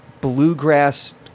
bluegrass